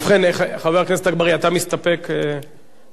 ובכן, חבר הכנסת אגבאריה, אתה מסתפק בתשובה?